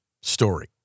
story